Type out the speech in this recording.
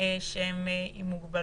שהם עם מוגבלות?